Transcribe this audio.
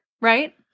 right